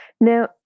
Now